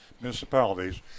municipalities